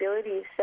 abilities